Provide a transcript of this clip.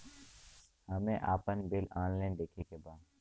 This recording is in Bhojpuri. हमे आपन बिल ऑनलाइन देखे के बा?